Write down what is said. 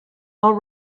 all